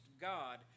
God